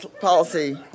policy